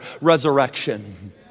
Resurrection